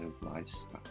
lifestyle